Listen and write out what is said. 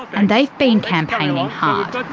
and they've been campaigning hard.